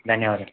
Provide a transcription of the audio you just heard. ధన్యవాదాలు